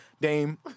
Dame